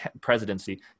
presidency